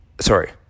sorry